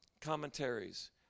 commentaries